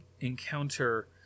encounter